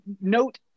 note